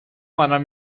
منم